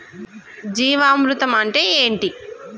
జీవామృతం అంటే ఏంటి?